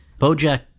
BoJack